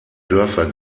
dörfer